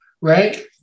right